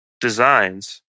designs